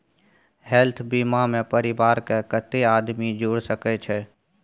Health बीमा मे परिवार के कत्ते आदमी जुर सके छै?